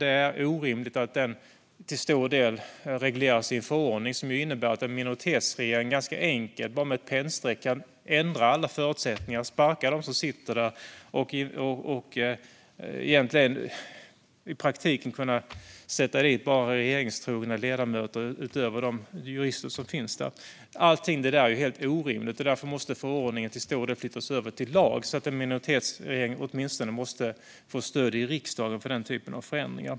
Det är orimligt att den till stor del regleras i en förordning som innebär att en minoritetsregering ganska enkelt - med bara ett pennstreck - kan ändra alla förutsättningar: sparka dem som sitter där och i praktiken tillsätta enbart regeringstrogna ledamöter, utöver de jurister som finns där. Allt det är helt orimligt, och därför måste förordningen till stor del flyttas över till lag så att en minoritetsregering åtminstone behöver få stöd i riksdagen för den typen av förändringar.